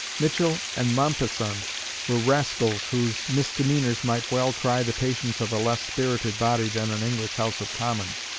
michell and mompesson were rascals whose misdemeanors might well try the patience of a less spirited body than an english house of commons.